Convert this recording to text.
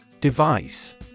Device